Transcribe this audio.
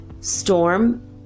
storm